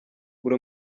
buri